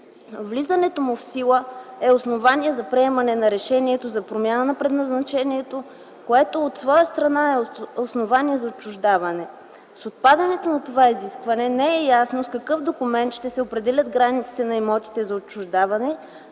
Влизането му в сила е основание за приемане на решението за промяна на предназначението, което от своя страна е основание за отчуждаване. С отпадането на това изискване не е ясно с какъв документ ще се определят границите на имотите за отчуждаване,